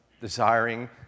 desiring